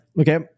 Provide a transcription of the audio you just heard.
okay